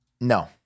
No